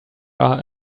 are